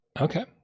Okay